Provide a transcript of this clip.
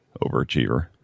overachiever